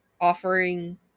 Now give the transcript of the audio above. offering